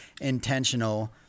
intentional